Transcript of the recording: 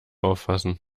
auffassen